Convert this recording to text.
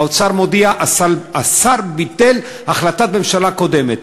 האוצר מודיע: השר ביטל החלטת ממשלה קודמת.